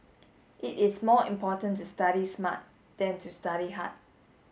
it is more important to study smart than to study hard